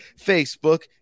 Facebook